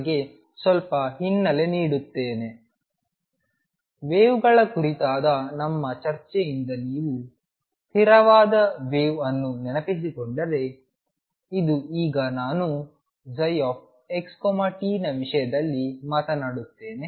ನಿಮಗೆ ಸ್ವಲ್ಪ ಹಿನ್ನೆಲೆ ನೀಡುತ್ತೇನೆ ವೇವ್ಗಳ ಕುರಿತಾದ ನಮ್ಮ ಚರ್ಚೆಯಿಂದ ನೀವು ಸ್ಥಿರವಾದ ವೇವ್ ಅನ್ನು ನೆನಪಿಸಿಕೊಂಡರೆ ಇದು ಈಗ ನಾನು ψxtನ ವಿಷಯದಲ್ಲಿ ಮಾತನಾಡುತ್ತೇನೆ